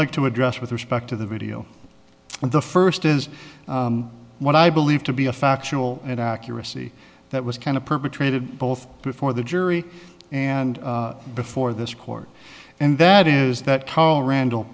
like to address with respect to the video the first is what i believe to be a factual and accuracy that was kind of perpetrated both before the jury and before this court and that is that karl rand